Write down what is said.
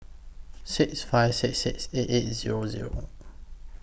six five six six eight eight Zero Zero